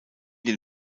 den